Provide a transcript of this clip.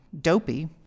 dopey